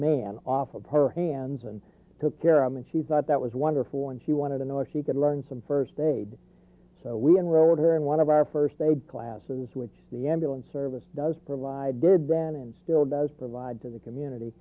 man offered her hands and took care of him and she thought that was wonderful and she wanted to know if she could learn some first aid so we enrolled her in one of our first aid classes which the ambulance service does provided then and still does provide to the community